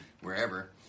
wherever